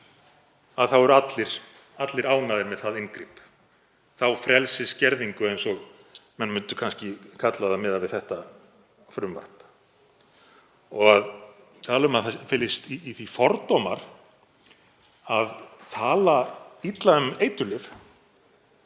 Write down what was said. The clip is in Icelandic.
þá eru allir ánægðir með það inngrip, þá frelsisskerðingu, eins og menn myndu kannski kalla það miðað við þetta frumvarp. Að tala um að það felist í því fordómar að tala illa um eiturlyf